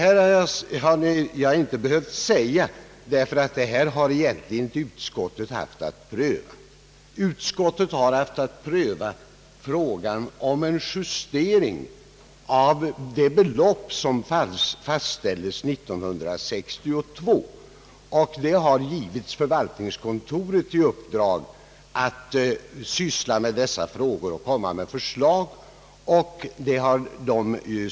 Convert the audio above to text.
Detta hade jag inte behövt säga, ty det har utskottet inte haft att pröva. Utskottet har haft att pröva frågan om en justering av det belopp, som fastställdes 1962. Förvaltningskontoret har i uppdrag att syssla med dessa frågor och komma med förslag.